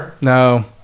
No